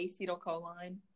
acetylcholine